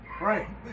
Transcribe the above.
Right